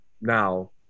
now